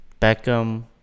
Beckham